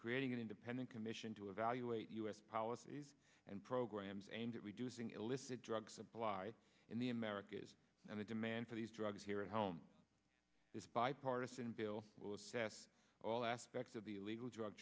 creating an independent commission to evaluate u s policies and programs aimed at reducing illicit drug supply in the americas and the demand for these drugs here at home this bipartisan bill will assess all aspects of the